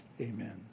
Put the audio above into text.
amen